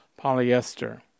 Polyester